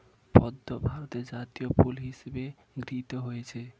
পদ্ম ভারতের জাতীয় ফুল হিসেবে গৃহীত হয়েছে